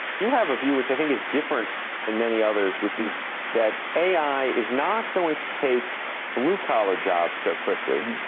you have a view which i think is different than many others, which is that a i. is not going to take blue-collar jobs so quickly,